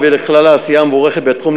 ובכלל העשייה המוערכת בתחום,